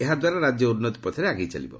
ଏହାଦ୍ୱାରା ରାଜ୍ୟ ଉନ୍ନତି ପଥରେ ଆଗେଇ ଚାଲିବ